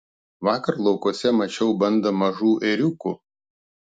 vakar laukuose mačiau bandą mažų ėriukų